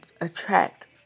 attract